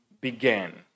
began